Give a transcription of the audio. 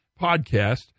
podcast